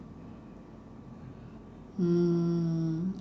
mm